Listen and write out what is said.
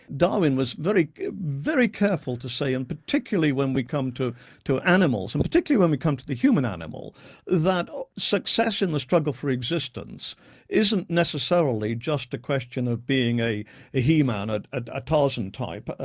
darwin was very very careful to say and particularly when we come to to animals, and particularly when we come to the human animal that success in the struggle for existence isn't necessarily just a question of being a he-man, ah a ah tarzan type,